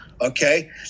okay